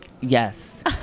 yes